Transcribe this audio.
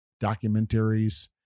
documentaries